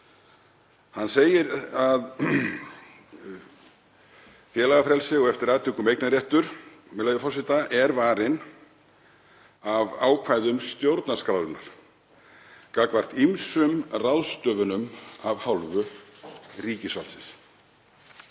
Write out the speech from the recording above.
Hann segir að félagafrelsi og eftir atvikum eignarréttur þeirra sé varinn af ákvæðum stjórnarskrárinnar gagnvart ýmsum ráðstöfunum af hálfu ríkisvaldsins.